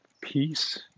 peace